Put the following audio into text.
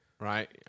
Right